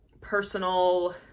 personal